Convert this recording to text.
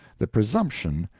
the presumption,